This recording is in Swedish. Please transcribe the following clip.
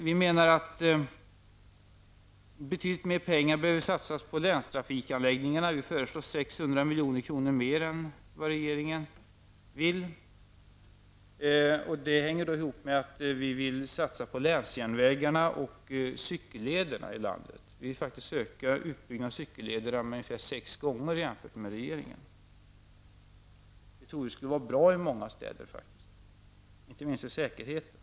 Vi anser att betydligt mer pengar behöver satsas på länstrafikanläggningarna. Vi föreslår en satsning på 600 milj.kr. mer än vad regeringen vill satsa. Härutöver vill vi satsa på cykelledarna i landet. Dem vill vi faktiskt bygga ut sex gånger mer än regeringen. Vi tror faktiskt att det skulle vara bra för många städer, inte minst för säkerheten.